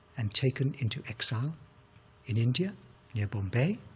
and taken into exile in india near bombay,